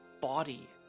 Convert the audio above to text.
body